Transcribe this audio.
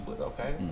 Okay